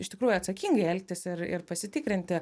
iš tikrųjų atsakingai elgtis ir ir pasitikrinti